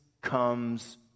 comes